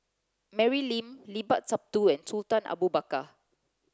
Mary Lim Limat Sabtu and Sultan Abu Bakar